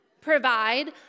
provide